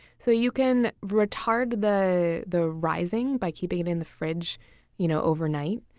so you can retard the the rising by keeping it in the fridge you know overnight.